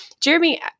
Jeremy